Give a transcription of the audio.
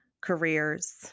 careers